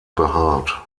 behaart